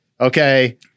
Okay